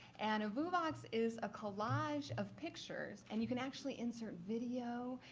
and a vuvox is a collage of pictures. and you can actually insert video.